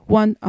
one